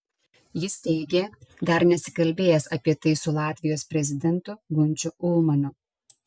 jis teigė dar nesikalbėjęs apie tai su latvijos prezidentu gunčiu ulmaniu